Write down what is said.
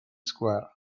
square